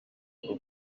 rwo